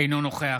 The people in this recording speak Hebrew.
אינו נוכח